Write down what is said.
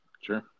Sure